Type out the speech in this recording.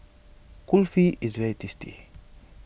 Kulfi is very tasty